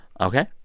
Okay